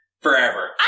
forever